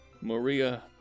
Maria